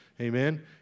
amen